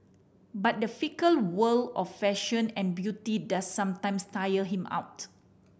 but the fickle world of fashion and beauty does sometimes tire him out